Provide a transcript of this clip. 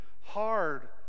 hard